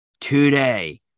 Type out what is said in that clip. Today